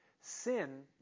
Sin